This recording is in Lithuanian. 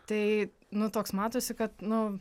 tai nu toks matosi kad nu